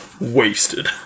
Wasted